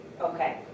Okay